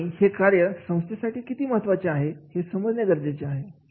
आहे आणि ते कार्य संस्थेसाठी किती महत्त्वाचे आहे हे समजणे गरजेचे आहे